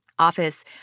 office